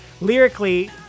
Lyrically